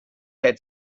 had